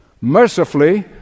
Mercifully